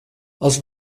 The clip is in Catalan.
els